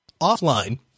offline